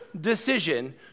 decision